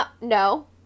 no